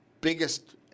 biggest –